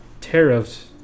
tariffs